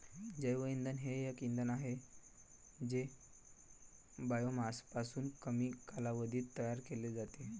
जैवइंधन हे एक इंधन आहे जे बायोमासपासून कमी कालावधीत तयार केले जाते